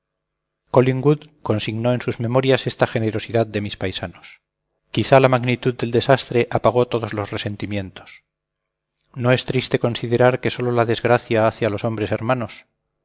collingwood consignó en sus memorias esta generosidad de mis paisanos quizás la magnitud del desastre apagó todos los resentimientos no es triste considerar que sólo la desgracia hace a los hombres hermanos